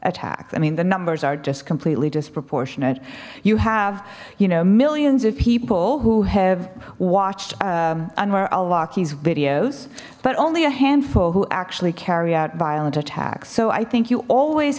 attacks i mean the numbers are just completely disproportionate you have you know millions of people who have watched our lackeys videos but only a handful who actually carry out violent attacks so i think you always